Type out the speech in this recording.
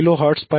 75KHz 1